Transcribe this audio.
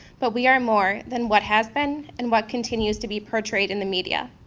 but we are more than what has been and what continues to be portrayed in the media.